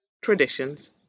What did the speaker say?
traditions